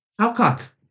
Alcock